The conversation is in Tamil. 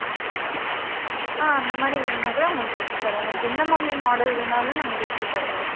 ஆமாம் ஆ அந்த மாதிரி வேணா கூட உங்களுக்கு தச்சு தருவோம் உங்களுக்கு என்ன மாதிரி மாடல் வேணாலும் நாங்கள் தச்சு தருவோம்